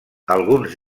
alguns